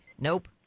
Nope